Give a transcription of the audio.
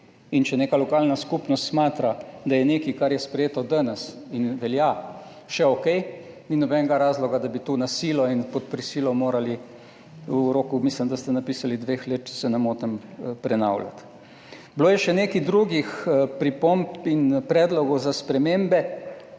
In če neka lokalna skupnost smatra, da je nekaj, kar je sprejeto danes in velja, še okej, ni nobenega razloga, da bi to na silo in pod prisilo morali v roku, mislim, da ste napisali, dveh let, če se ne motim, prenavljati. Bilo je še nekaj drugih pripomb in predlogov za spremembe,